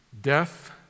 Death